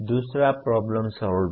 दूसरा problem solving